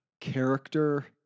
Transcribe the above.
character